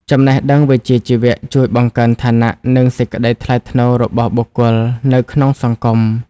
ចំណេះដឹងវិជ្ជាជីវៈជួយបង្កើនឋានៈ និងសេចក្ដីថ្លៃថ្នូររបស់បុគ្គលនៅក្នុងសង្គម។